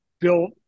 built –